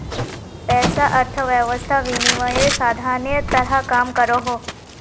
पैसा अर्थवैवस्थात विनिमयेर साधानेर तरह काम करोहो